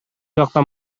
жакта